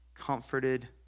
comforted